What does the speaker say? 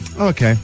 okay